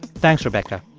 thanks, rebecca.